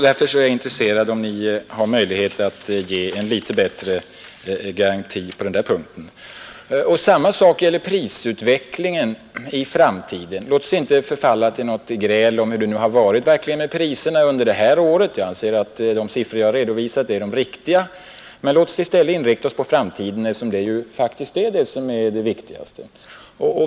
Därför är jag intresserad om Ni har möjlighet att ge en någon bättre garanti på den punkten. Detsamma gäller prisutvecklingen i framtiden. Låt oss inte förfalla till något gräl om hur det nu verkligen har varit med priserna under det här året — jag anser att de siffror jag redovisat är de riktiga — utan låt oss i stället inrikta oss på framtiden, eftersom den faktiskt är det viktigaste.